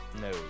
No